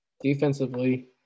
defensively